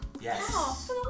Yes